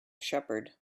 shepherd